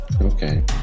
Okay